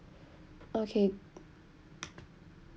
okay